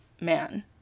man